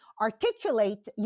articulate